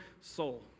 soul